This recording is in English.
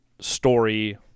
story